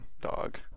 dog